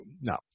no